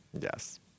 Yes